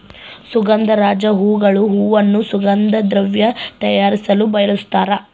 ಸುಗಂಧರಾಜ ಹೂಗಳು ಹೂವನ್ನು ಸುಗಂಧ ದ್ರವ್ಯ ತಯಾರಿಸಲು ಬಳಸ್ತಾರ